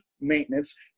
maintenance